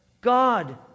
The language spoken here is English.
God